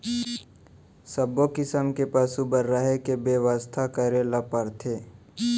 सब्बो किसम के पसु बर रहें के बेवस्था करे ल परथे